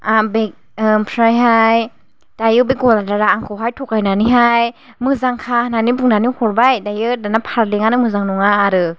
बे ओमफ्रायहाय दायो बे गलदारा आंखौहाय थगायनानैहाय मोजांखा होननानै बुंनानै हरबाय दायो दाना फारलेंआनो मोजां नङा आरो